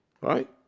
right